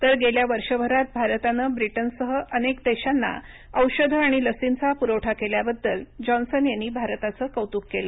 तर गेल्या वर्षभरात भारतानं ब्रिटनसह इतर अनेक देशांना औषधं आणि लसींचा पुरवठा केल्याबद्दल जॉन्सन यांनी भारताचं कौतुक केलं